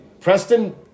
Preston